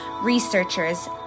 researchers